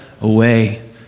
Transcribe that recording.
away